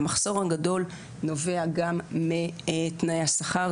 המחסור הגדול נובע גם מתנאי השכר,